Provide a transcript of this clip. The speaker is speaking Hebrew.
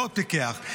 מאוד פיקח.